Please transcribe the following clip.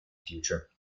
future